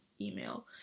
email